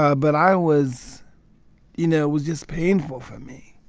ah but i was you know, it was just painful for me.